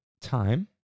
time